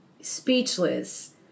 speechless